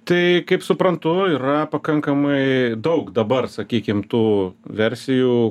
tai kaip suprantu yra pakankamai daug dabar sakykim tų versijų